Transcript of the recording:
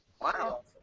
Wow